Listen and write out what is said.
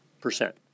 Percent